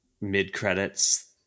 mid-credits